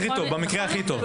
במקרה הכי טוב.